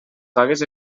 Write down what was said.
pagues